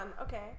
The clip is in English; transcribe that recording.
Okay